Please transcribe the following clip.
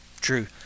true